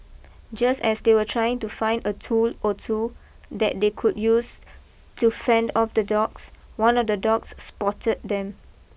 just as they were trying to find a tool or two that they could use to fend off the dogs one of the dogs spotted them